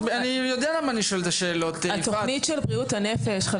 אנחנו רוצים לדבר על התוכניות למניעת אובדנות וגם על